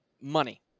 money